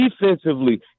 defensively